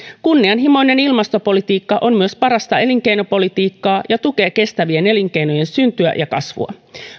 kunnianhimoinen ilmastopolitiikka on myös parasta elinkeinopolitiikkaa ja tukee kestävien elinkeinojen syntyä ja kasvua